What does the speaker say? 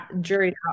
jury